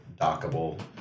dockable